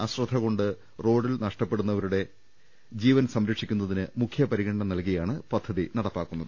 അശ്ര ദ്ധകൊണ്ട് റോഡിൽ അപകടത്തിൽപ്പെടുന്നവരുടെ ജീവൻ സംരക്ഷിക്കു ന്നതിന് മുഖ്യപരിഗണന നൽകിയാണ് പദ്ധതി നടപ്പാക്കുന്നത്